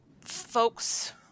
folks